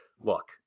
look